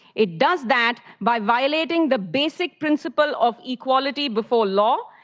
it does that by violating the basic principle of equality before law,